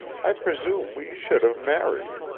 i presume we should have married.